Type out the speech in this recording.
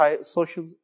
social